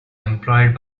employed